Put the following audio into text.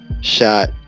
shot